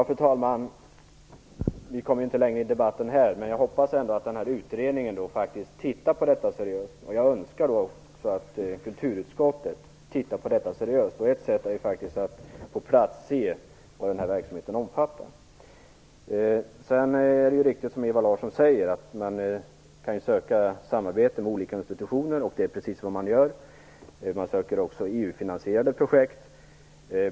Fru talman! Vi kommer nog inte längre i debatten här. Jag hoppas ändock att den här utredningen kommer att se över den här frågan seriöst. Jag önskar också att kulturutskottet skall titta på detta seriöst. Ett sätt är att på plats studera vad verksamheten omfattar. Det är riktigt som Ewa Larsson säger att man kan söka samarbete med olika institutioner, och det är precis vad man gör. Man söker också till EU-projekt.